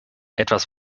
etwas